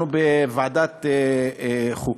אנחנו, בוועדת החוקה,